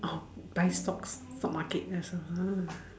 orh buy stocks stocks market that's all ah